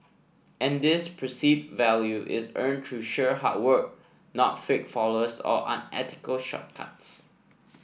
and this perceive value is earned through sheer hard work not fake followers or unethical shortcuts